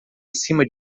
acima